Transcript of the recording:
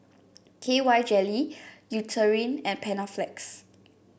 K Y Jelly Eucerin and Panaflex